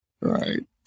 right